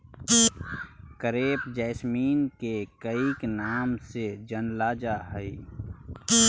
crepe jasmine के कईक नाम से जानलजा हइ